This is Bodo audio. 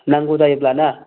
नांगौ जायोब्लाना